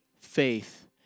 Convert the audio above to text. faith